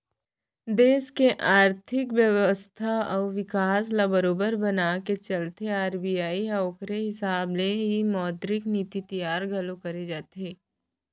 देस के आरथिक बेवस्था अउ बिकास ल बरोबर बनाके चलथे आर.बी.आई ह ओखरे हिसाब ले ही मौद्रिक नीति तियार घलोक करे जाथे